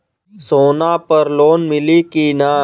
सोना पर लोन मिली की ना?